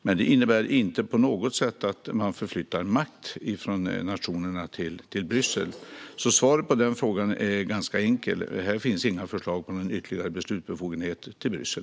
Men det innebär inte på något sätt att man förflyttar makt från nationerna till Bryssel. Svaret på den frågan är ganska enkelt: Det finns inga förslag på att flytta någon ytterligare beslutsbefogenhet till Bryssel.